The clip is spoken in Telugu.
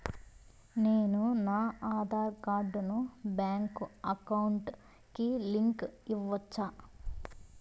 నేను నా ఆధార్ కార్డును బ్యాంకు అకౌంట్ కి లింకు ఇవ్వొచ్చా?